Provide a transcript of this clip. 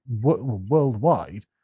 worldwide